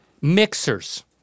Mixers